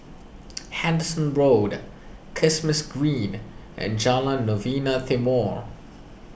Henderson Road Kismis Green and Jalan Novena Timor